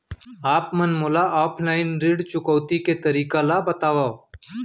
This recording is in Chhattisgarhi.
आप मन मोला ऑफलाइन ऋण चुकौती के तरीका ल बतावव?